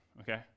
okay